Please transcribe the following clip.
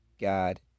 God